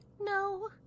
No